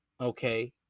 okay